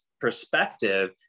perspective